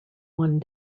one